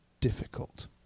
difficult